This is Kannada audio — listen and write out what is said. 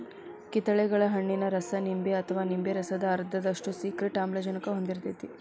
ಕಿತಗತಳೆ ಹಣ್ಣಿನ ರಸ ನಿಂಬೆ ಅಥವಾ ನಿಂಬೆ ರಸದ ಅರ್ಧದಷ್ಟು ಸಿಟ್ರಿಕ್ ಆಮ್ಲವನ್ನ ಹೊಂದಿರ್ತೇತಿ